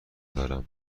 دارم